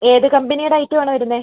ഏത് കമ്പനിയുടെ ഐറ്റം ആണ് വരുന്നത്